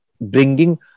bringing